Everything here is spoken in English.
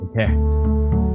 Okay